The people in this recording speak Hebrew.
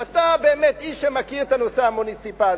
אתה באמת איש שמכיר את הנושא המוניציפלי.